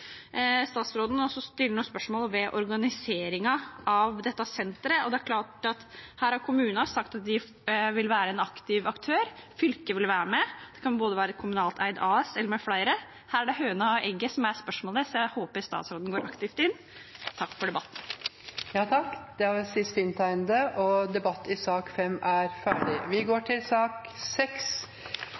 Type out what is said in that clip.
Statsråden stiller spørsmål ved organiseringen av dette senteret. Her har kommunen sagt at de vil være en aktiv aktør, fylket vil også være med. Det kan være enten et kommunalt eid AS eller med flere. Spørsmålet her er høna eller egget, så jeg håper at statsråden går aktivt inn. Takk for debatten. Flere har ikke bedt om ordet til sak nr. 5. Etter ønske fra næringskomiteen vil presidenten ordne debatten slik: 3 minutter til